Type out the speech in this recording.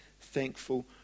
thankful